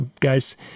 guys